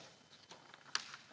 Hvala